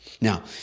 Now